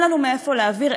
אין לנו מאיפה להעביר,